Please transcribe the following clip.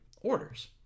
orders